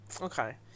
Okay